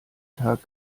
tag